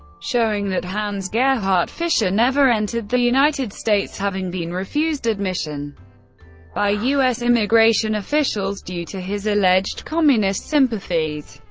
showing that hans-gerhardt fischer never entered the united states, having been refused admission by u s. immigration officials due to his alleged communist sympathies.